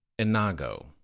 Inago